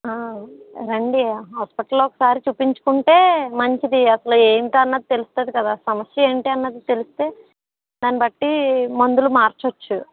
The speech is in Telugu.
రండి హాస్పటల్లో ఒకసారి చూపించుకుంటే మంచిది అసలు ఏంటి అన్న తెలుస్తుంది కదా సమస్య ఏంటి అన్నది తెలిస్తే దాన్ని బట్టి మందులు మార్చొచ్చు